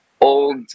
old